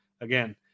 Again